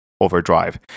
overdrive